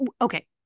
Okay